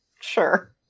sure